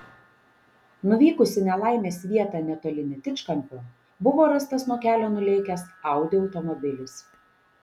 nuvykus į nelaimės vietą netoli netičkampio buvo rastas nuo kelio nulėkęs audi automobilis